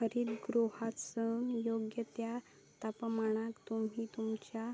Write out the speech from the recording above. हरितगृहातसून योग्य त्या तापमानाक तुम्ही तुमच्या